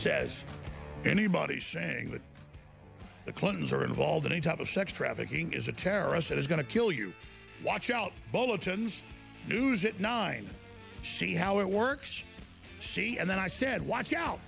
says anybody saying that the clintons are involved in a type of sex trafficking is a terrorist that is going to kill you watch out bulletins use it nine see how it works see and then i said watch out